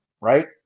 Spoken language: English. right